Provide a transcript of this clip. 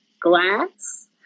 Glass